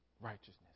righteousness